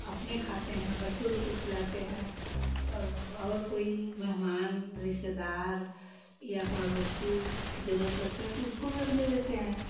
अपनी खाते हैं बच्चे लोगों को खिलाते हैं और कोई मेहमान रिश्तेदार या पड़ोसी की जरूरत लगता है तो उसको भी हम दे देते हैं